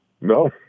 No